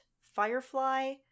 firefly